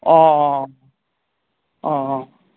অঁ অঁ অঁ অঁ